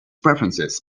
preferences